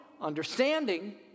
understanding